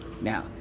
Now